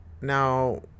Now